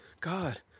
God